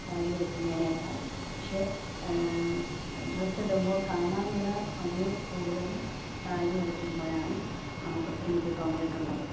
സാരി ഉടുക്കുന്നതിനെക്കാളും പക്ഷേ ഡ്രസ്സ് ഇടുമ്പോൾ കാണാനുള്ള ഭംഗി കൂടുതലും സാരി ഉടുക്കുമ്പോഴാണ് നമുക്ക് എനിക്ക് തോന്നിയിട്ടുള്ളത്